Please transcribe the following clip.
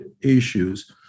issues